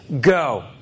go